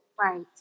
Right